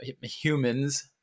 humans